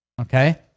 okay